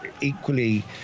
equally